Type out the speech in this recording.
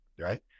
right